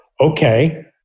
okay